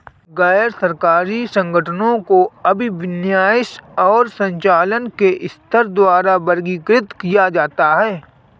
गैर सरकारी संगठनों को अभिविन्यास और संचालन के स्तर द्वारा वर्गीकृत किया जाता है